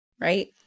Right